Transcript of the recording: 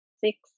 Six